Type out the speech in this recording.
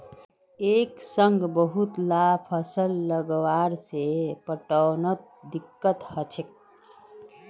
एक संग बहुतला फसल लगावा से पटवनोत दिक्कत ह छेक